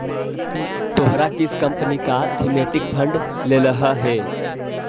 तोहरा किस कंपनी का थीमेटिक फंड लेलह हे